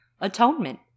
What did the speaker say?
Atonement